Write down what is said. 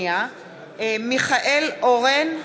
מיכאל אורן,